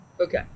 Okay